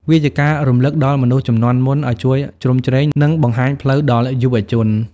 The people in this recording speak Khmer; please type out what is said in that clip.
វាជាការរំលឹកដល់មនុស្សជំនាន់មុន ឱ្យជួយជ្រោមជ្រែង និងបង្ហាញផ្លូវដល់យុវជន។